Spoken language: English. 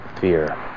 Fear